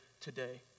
today